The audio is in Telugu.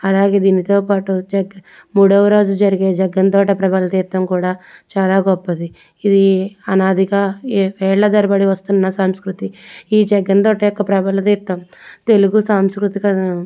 అలాగే దీనితో పాటు మూడవరోజు జరిగే జగ్గంతోట ప్రభల తీర్థం కూడా చాలా గొప్పది ఇది అనాదిగా ఏళ్ళ తరబడి వస్తున్న సంస్కృతి ఈ జగ్గంతోట యొక్క ప్రభల తీర్థం తెలుగు సాంస్కృతిక